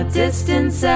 distance